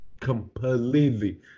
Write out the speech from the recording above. Completely